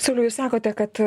sauliui jūs sakote kad